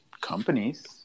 companies